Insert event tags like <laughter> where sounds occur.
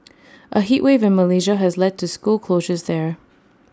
<noise> A heat wave in Malaysia has led to school closures there